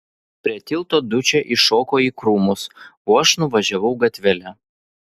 prie tilto dučė iššoko į krūmus o aš nuvažiavau gatvele